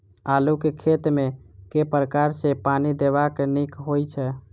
आलु केँ खेत मे केँ प्रकार सँ पानि देबाक नीक होइ छै?